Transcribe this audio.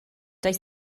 does